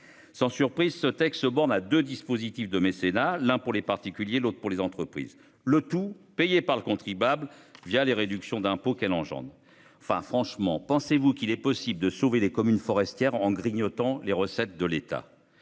Sans surprise, le texte se borne à envisager deux dispositifs de mécénat, l'un pour les particuliers, l'autre pour les entreprises, le tout payé par le contribuable les réductions d'impôt prévues. Franchement, pensez-vous qu'il soit possible de sauver les communes forestières en grignotant les recettes de l'État ?